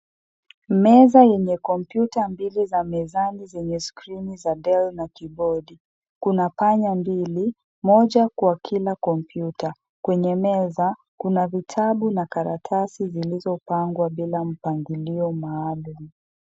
Meza yenye kompyuta mbili za kuna panmya mbili moja ya kila kompyuta